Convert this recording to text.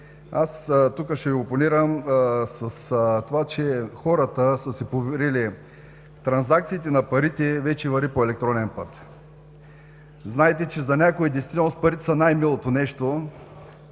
Тук ще опонирам с това, че хората са си поверили транзакциите на парите, това вече върви по електронен път. Знаете, че за някои в действителност парите са най-милото нещо